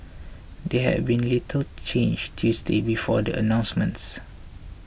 they had been little changed Tuesday before the announcements